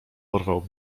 porwał